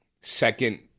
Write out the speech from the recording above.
second